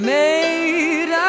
made